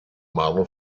model